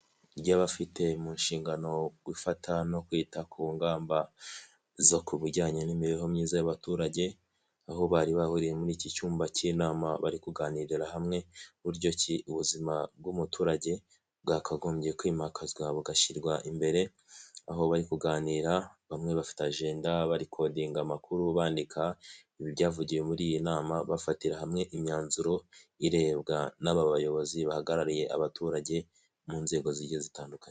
Ry'abafite mu nshingano gufata no kwita ku ngamba zo ku bijyanye n'imibereho myiza y'abaturage, aho bari bahuriye muri iki cyumba cy'inama bari kuganirira hamwe buryo ki ubuzima bw'umuturage bwakagombye kwimakazwa bugashirwa imbere, aho bari kuganira bamwe bafite ajenda barikodinga amakuru bandika ibyavugiwe muri iyi nama, bafatira hamwe imyanzuro irebwa n'aba bayobozi bahagarariye abaturage mu nzego zigiye zitandukanye.